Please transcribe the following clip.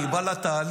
אני בא לתהליך.